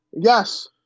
Yes